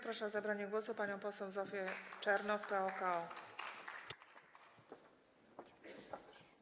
Proszę o zabranie głosu panią poseł Zofię Czernow, PO-KO.